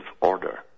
order